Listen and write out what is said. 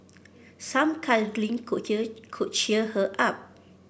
some cuddling could could cheer her up